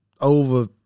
over